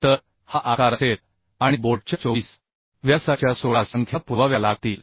तर हा आकार असेल आणि बोल्टच्या 24 व्यासाच्या 16 संख्या पुरवाव्या लागतील